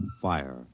fire